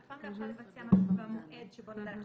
אתה אף פעם לא יכול לבצע משהו במועד שבו נודע לך,